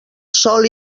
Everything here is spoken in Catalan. sol